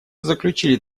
заключили